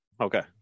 Okay